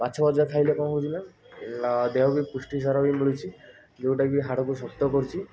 ମାଛ ଭଜା ଖାଇଲେ କ'ଣ ହେଉଛିନା ନା ଦେହକୁ ବି ପୃଷ୍ଟିସାର ବି ମିଳୁଛି ଯେଉଁଟାକି ହାଡ଼କୁ ଶକ୍ତ କରୁଛି